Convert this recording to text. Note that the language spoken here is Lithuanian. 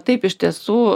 taip iš tiesų